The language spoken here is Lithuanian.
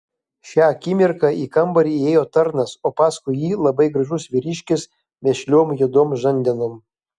šią akimirką į kambarį įėjo tarnas o paskui jį labai gražus vyriškis vešliom juodom žandenom